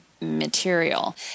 material